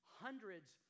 hundreds